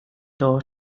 door